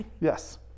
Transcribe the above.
Yes